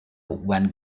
when